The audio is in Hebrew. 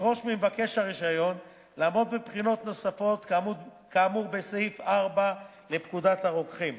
לדרוש ממבקש הרשיון לעמוד בבחינות נוספות כאמור בסעיף 4 לפקודת הרוקחים.